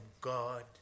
God